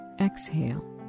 exhale